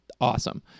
Awesome